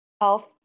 Health